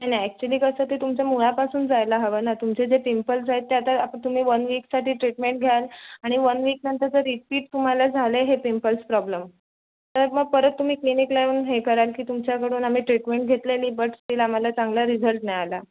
नाही नाही ॲक्च्युली कसं ते तुमचं मुळापासून जायला हवं ना तुमचे जे पिंपल्ज आहेत ते आता तुम्ही वन विकसाठी ट्रीटमेंट घ्याल आणि वन विकनंतर जर रिपीट तुम्हाला झाले हे पिंपल्स प्रॉब्लेम तर मग परत तुम्ही क्लिनिकला येऊन हे कराल की तुमच्याकडून आम्ही ट्रीटमेंट घेतलेली बट स्टिल आम्हाला चांगला रिझल्ट नाही आला